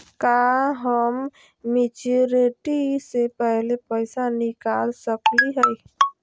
का हम मैच्योरिटी से पहले पैसा निकाल सकली हई?